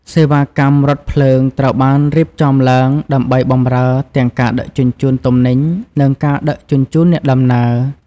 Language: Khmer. សេវាកម្មរថភ្លើងត្រូវបានរៀបចំឡើងដើម្បីបម្រើទាំងការដឹកជញ្ជូនទំនិញនិងការដឹកជញ្ជូនអ្នកដំណើរ។